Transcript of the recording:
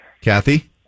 kathy